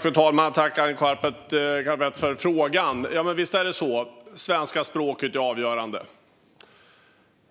Fru talman! Jag tackar Arin Karapet för frågan. Visst är det så att svenska språket är avgörande.